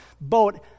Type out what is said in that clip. boat